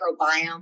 microbiome